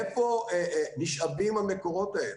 מאיפה נשאבים המקורות האלה?